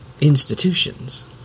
institutions